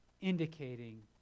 indicating